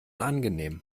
angenehm